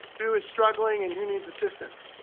who is struggling and who needs assistance.